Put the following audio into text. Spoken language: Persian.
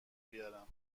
بیارم